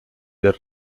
del